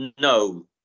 no